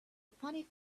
funny